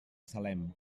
salem